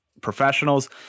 professionals